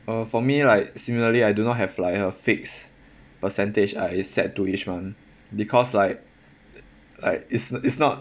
uh for me like similarly I do not have like a fixed percentage I set to each month because like like it's it's not